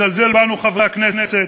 מזלזל בנו, חברי הכנסת,